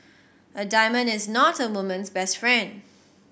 a diamond is not a woman's best friend